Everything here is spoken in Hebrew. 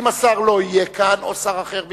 אם השר לא יהיה כאן או שר אחר במקומו,